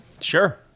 Sure